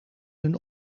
hun